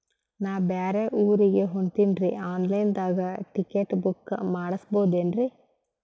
ನಾ ಬ್ಯಾರೆ ಊರಿಗೆ ಹೊಂಟಿನ್ರಿ ಆನ್ ಲೈನ್ ದಾಗ ಟಿಕೆಟ ಬುಕ್ಕ ಮಾಡಸ್ಬೋದೇನ್ರಿ?